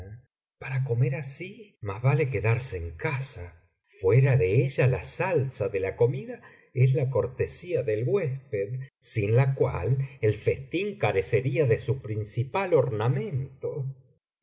para comer así más vale quedarse en casa fuera de ella la salsa de la comida es la cortesía del huésped sin la cual el festín carecería de su principal ornamento